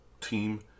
Team